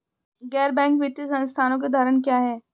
गैर बैंक वित्तीय संस्थानों के उदाहरण क्या हैं?